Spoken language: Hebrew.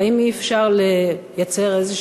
והאם אי-אפשר לייצר איזו